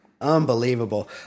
Unbelievable